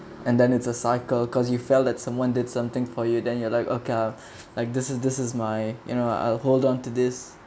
and then it's a cycle because you felt that someone did something for you then you are like okay like this is this is my you know I'll hold onto this